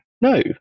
No